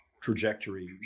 trajectory